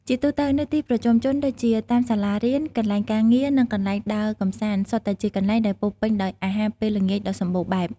ជាទូទៅ នៅទីប្រជុំជន ដូចជាតាមសាលារៀន កន្លែងការងារ និងកន្លែងដើរកំសាន្ត សុទ្ធតែជាកន្លែងដែលពោរពេញដោយអាហារពេលល្ងាចដ៏សម្បូរបែប។